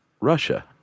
Russia